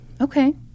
Okay